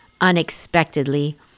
unexpectedly